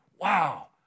wow